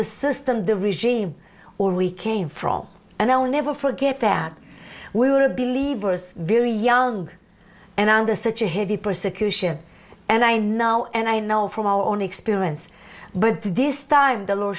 the system the regime or we came from and i'll never forget that we were believed very young and under such a heavy persecution and i now and i know from our own experience but this time the l